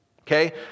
Okay